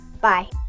Bye